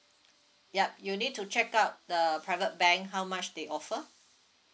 yup you need to check out the private bank how much they offer